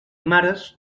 mares